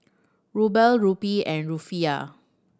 Ruble Rupee and Rufiyaa